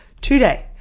today